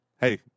Hey